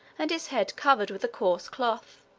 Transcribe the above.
and his head covered with a coarse cloth.